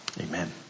Amen